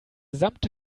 gesamte